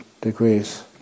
degrees